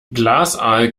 glasaal